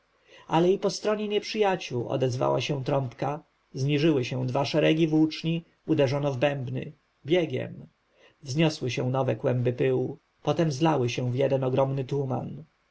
ale i po stronie nieprzyjaciół odezwała się trąbka zniżyły się dwa szeregi włóczni uderzono w bębny biegiem wzniosły się nowe kłęby pyłu potem zlały się w jeden ogromny tuman